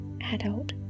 adult